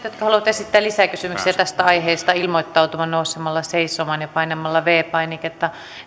jotka haluavat esittää lisäkysymyksiä tästä aiheesta ilmoittautumaan nousemalla seisomaan ja painamalla viides painiketta